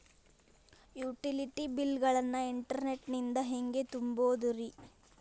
Utility bill ಗಳನ್ನ internet ನಿಂದ ಹೆಂಗ್ ತುಂಬೋದುರಿ?